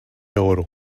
oro